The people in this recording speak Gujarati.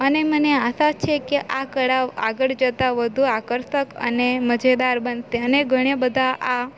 અને મને આશા છે કે આ કળાઓ આગળ જતા વધુ આકર્ષક અને મજેદાર બનશે અને ઘણા બધા આ